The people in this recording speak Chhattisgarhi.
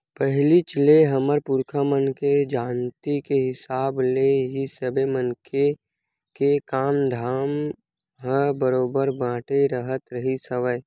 पहिलीच ले हमर पुरखा मन के जानती के हिसाब ले ही सबे मनखे के काम धाम ह बरोबर बटे राहत रिहिस हवय